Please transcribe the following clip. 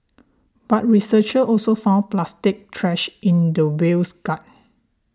but researchers also found plastic trash in the whale's gut